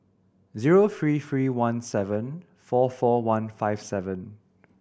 zero three three one seven four four one five seven